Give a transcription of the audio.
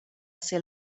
ser